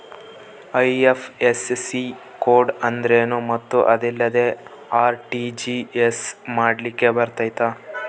IFSC code ಅಂದ್ರೇನು ಮತ್ತು ಅದಿಲ್ಲದೆ ಆರ್.ಟಿ.ಜಿ.ಎಸ್ ಮಾಡ್ಲಿಕ್ಕೆ ಬರ್ತೈತಾ?